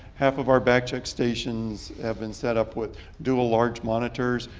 half of our back check stations have been set up with dual large monitors,